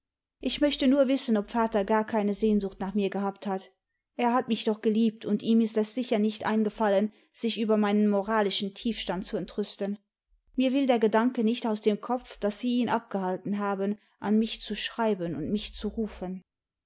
ich möchte nur wissen ob vater gar keine sehnsucht nach mir gehabt hat er hat midh doch geliebt und ihm ist es sicher nicht eingefallen sich über meinein moralischen tiefstand zu entrüsten mir will der gedanke nicht aus dem kopf daß sie ihn abgehalten haben an mich zu schreiben und mich zu rufen